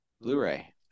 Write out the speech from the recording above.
Blu-ray